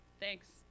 thanks